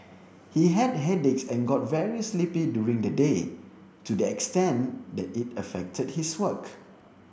he had headaches and got very sleepy during the day to the extent that it affected his work